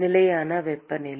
நிலையான வெப்பநிலை